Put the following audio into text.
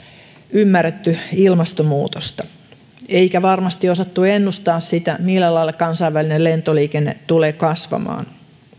ymmärretty ilmastomuutosta eikä varmasti osattu ennustaa sitä millä lailla kansainvälinen lentoliikenne tulee kasvamaan